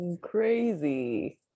Crazy